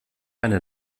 eine